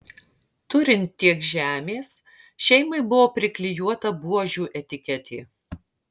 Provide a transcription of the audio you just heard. turint tiek žemės šeimai buvo priklijuota buožių etiketė